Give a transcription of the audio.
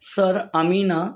sir आम्ही ना